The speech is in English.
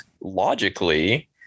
logically